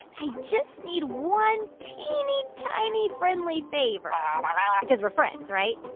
i just need one teeny, tiny, friendly favor um um ah because we're friends, right?